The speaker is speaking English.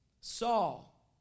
Saul